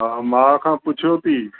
हा माउ खां पुछियो अथई